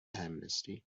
amnesty